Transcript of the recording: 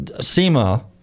SEMA